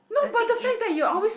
the thing is you all know